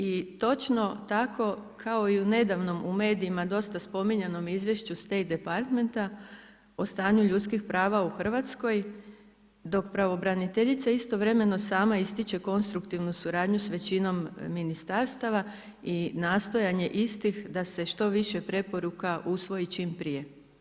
I točno tako kao i u nedavno, u medijima dosta spominjanom izvješću … o stanju ljudskih prava u Hrvatskoj, dok pravobraniteljice, istovremeno sama ističe konstruktivnu suradnju s većinom ministarstava i nastojanja istih da se što više preporuka usvoji čim prije.